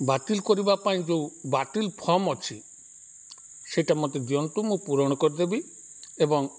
ବାତିଲ କରିବା ପାଇଁ ଯେଉଁ ବାତିଲ ଫର୍ମ ଅଛି ସେଇଟା ମୋତେ ଦିଅନ୍ତୁ ମୁଁ ପୂରଣ କରିଦେବି ଏବଂ